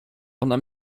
ona